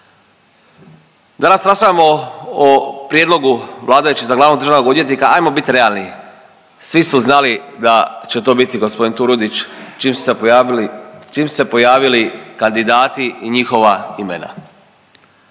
Danas raspravljamo o prijedlogu vladajućih za glavnog državnog odvjetnika, ajmo biti realni. Svi su znali da će to biti gospodin Turudić čim su se pojavili, čim su se pojavili